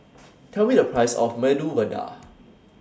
Tell Me The Price of Medu Vada